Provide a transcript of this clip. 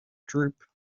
droop